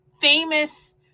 famous